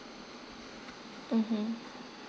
mmhmm